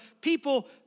People